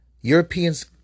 Europeans